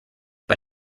but